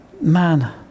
man